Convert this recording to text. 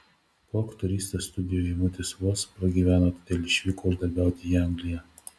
po aktorystės studijų eimutis vos pragyveno todėl išvyko uždarbiauti į angliją